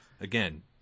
again